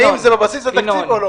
היום זה בבסיס התקציב או לא?